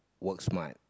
work smart